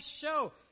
show